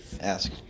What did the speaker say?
ask